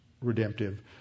redemptive